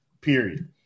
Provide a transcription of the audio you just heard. Period